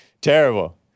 Terrible